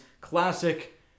classic